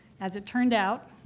as it turned out,